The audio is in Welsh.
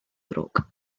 ddrwg